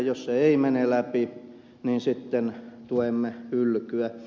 jos se ei mene läpi niin sitten tuemme hylkyä